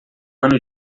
ano